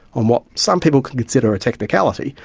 on what some people consider a technicality,